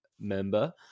member